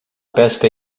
pesca